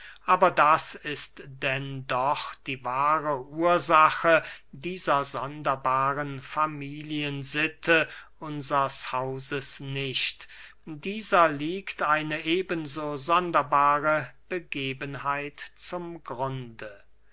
aber das ist denn doch die wahre ursache dieser sonderbaren familiensitte unsers hauses nicht dieser liegt eine eben so sonderbare begebenheit zum grunde